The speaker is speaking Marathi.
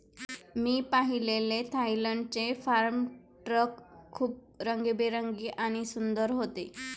मी पाहिलेले थायलंडचे फार्म ट्रक खूप रंगीबेरंगी आणि सुंदर होते